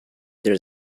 there